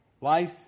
Life